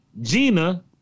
Gina